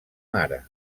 mare